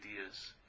ideas